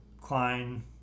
Klein